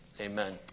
Amen